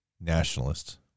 nationalists